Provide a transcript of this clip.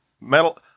metal